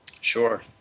Sure